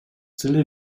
тили